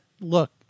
look